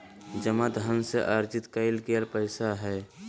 जमा धन से अर्जित कइल गेल पैसा हइ